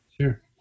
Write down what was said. Sure